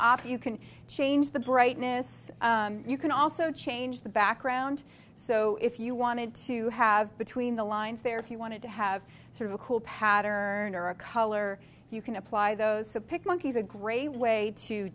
op you can change the brightness you can also change the background so if you wanted to have between the lines there if you wanted to have sort of a cool pattern or a color you can apply those to pick monkeys a great way to